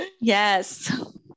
Yes